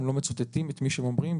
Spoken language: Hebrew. אם לא מצטטים את מי שהם אומרים,